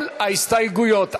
כל ההסתייגויות.